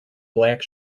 black